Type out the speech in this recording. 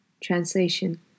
Translation